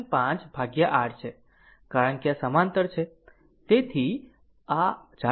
5 ભાગ્યા r છે કારણ કે આ સમાંતર છે